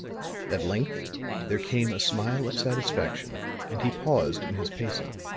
at length there came a smile of satisfaction and he paused in his pacing.